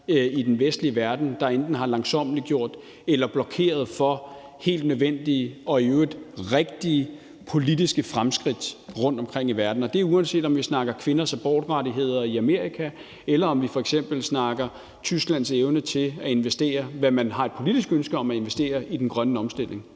i den vestlige verden, der enten har langsommeliggjort eller blokeret for helt nødvendige og i øvrigt rigtige politiske fremskridt rundtomkring i verden. Det er, uanset om vi snakker kvinders abortrettigheder i Amerika, eller om vi f.eks. snakker om Tysklands evne til at investere – hvad man har et politisk ønske om – i den grønne omstilling.